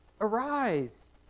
Arise